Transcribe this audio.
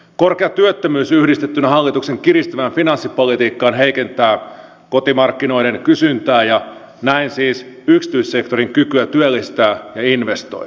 korkea työttömyys yhdistettynä hallituksen kiristyvään finanssipolitiikkaan heikentää kotimarkkinoiden kysyntää ja näin siis yksityissektorin kykyä työllistää ja investoida